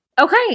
Okay